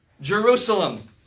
Jerusalem